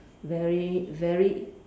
very very